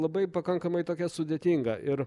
labai pakankamai tokia sudėtinga ir